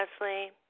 Leslie